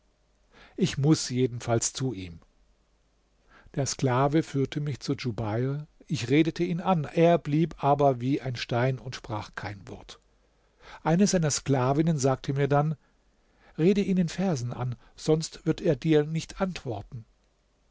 ich muß jedenfalls zu ihm der sklave führte mich zu djubeir ich redete ihn an er blieb aber wie ein stein und sprach kein wort eine seiner sklavinnen sagte mir dann rede ihn in versen an sonst wird er dir nicht antworten